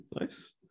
Nice